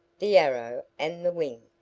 the arrow and the wing,